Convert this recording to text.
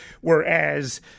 Whereas